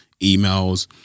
emails